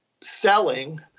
selling